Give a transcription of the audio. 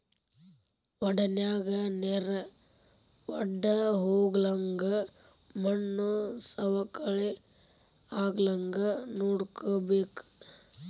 ವಡನ್ಯಾಗ ನೇರ ವಡ್ದಹೊಗ್ಲಂಗ ಮಣ್ಣು ಸವಕಳಿ ಆಗ್ಲಂಗ ನೋಡ್ಕೋಬೇಕ